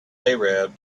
arab